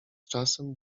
czasem